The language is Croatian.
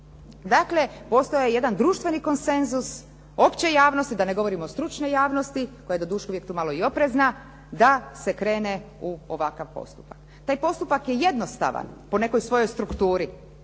Dakle, postoji jedan društveni konsenzus opće javnosti da ne govorim o stručnoj javnosti koja je doduše uvijek tu malo i oprezna da se krene u ovakav postupak. Taj postupak je jednostavan po nekoj svojoj strukturi